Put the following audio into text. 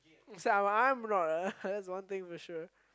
so I'm not a that's one thing for sure